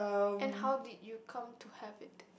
and how did you come to have it